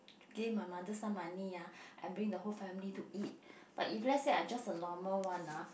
give my mother some money ah I bring the whole family to eat but if let's say I just a normal one nah